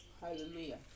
Hallelujah